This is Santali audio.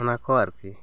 ᱚᱱᱟ ᱠᱚ ᱟᱨᱠᱤ